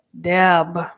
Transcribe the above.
Deb